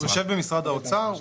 הוא יושב במשרד האוצר.